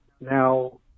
Now